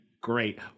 great